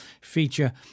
feature